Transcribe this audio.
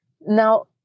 Now